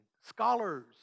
scholars